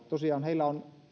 tosiaan heillä on